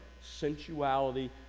Sensuality